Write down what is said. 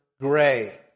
gray